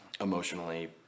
emotionally